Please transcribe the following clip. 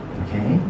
okay